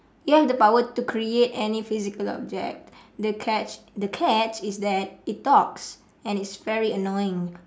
you have the power to create any physical object the catch the catch is that it talks and it's very annoying